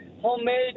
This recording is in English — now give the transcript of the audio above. homemade